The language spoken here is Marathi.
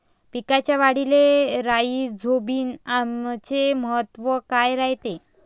पिकाच्या वाढीले राईझोबीआमचे महत्व काय रायते?